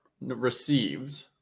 received